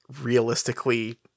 realistically –